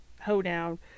hoedown